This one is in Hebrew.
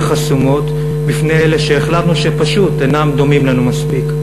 חסומות בפני אלה שהחלטנו שפשוט אינם דומים לנו מספיק.